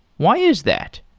why is that?